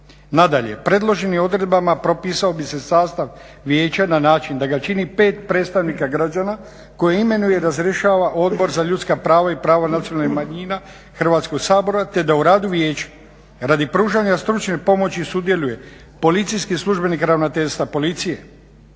Nadalje, predloženim odredbama propisao bi se sastav vijeća na način da ga čini pet predstavnika građana koje imenuje i razrješava Odbor za ljudska prava i prava nacionalnih manjina Hrvatskog sabora te da u radu vijeća radi pružanja stručne pomoći sudjeluje policijski službenik Ravnateljstva Policije.